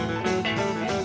no no no no